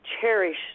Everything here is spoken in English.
cherish